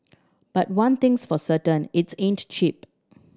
but one thing's for certain its ain't cheap